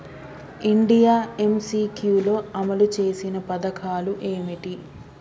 India MCQ లో అమలు చేసిన పథకాలు ఏమిటి?